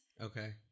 Okay